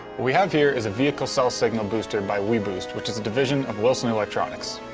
we have here is a vehicle cell signal booster by weboost which is a division of wilson electronics.